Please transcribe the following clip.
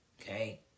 Okay